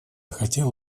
хотел